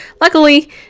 Luckily